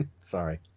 sorry